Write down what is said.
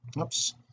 oops